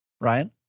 Ryan